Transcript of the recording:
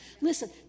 Listen